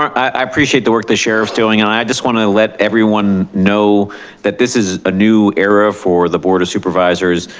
i appreciate the work the sheriff is doing. and i just wanna let everyone know that this is a new era for the board of supervisors,